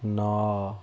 ନଅ